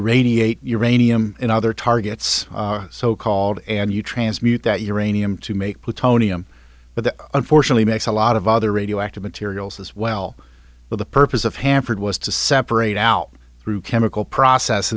irradiate uranium and other targets so called and you transmute that uranium to make plutonium but that unfortunately makes a lot of other radioactive materials as well but the purpose of hanford was to separate out through chemical process